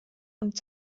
und